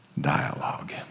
dialogue